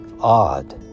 odd